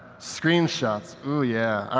screenshots. ah yeah.